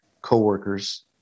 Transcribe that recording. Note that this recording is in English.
coworkers